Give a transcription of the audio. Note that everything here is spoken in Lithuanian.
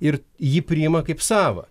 ir jį priima kaip savą